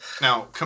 Now